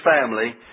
family